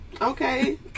okay